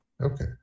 Okay